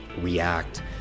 react